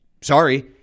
sorry